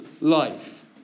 life